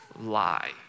lie